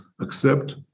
accept